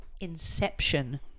Inception